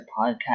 podcast